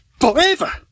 forever